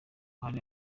hari